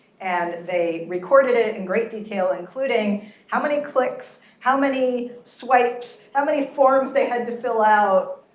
and they recorded it in great detail, including how many clicks, how many swipes, how many forms they had to fill out,